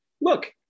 look